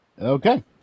Okay